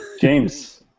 James